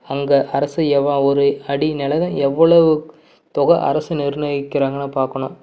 அங்கே அரசு எவ்வா ஒரு அடி நிலம் எவ்வளவு தொகை அரசு நிர்ணயிக்கிறாங்கன்னு பார்க்கணும்